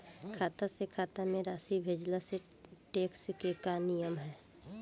खाता से खाता में राशि भेजला से टेक्स के का नियम ह?